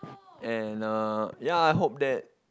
and uh yea I hope that